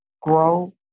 grow